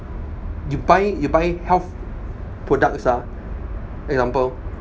you buy you buy health products ah for example